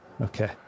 okay